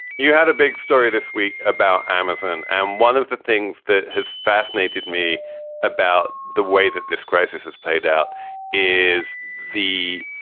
you had a big story this week about amazon, and one of the things that has fascinated me about the way that this crisis has played out is the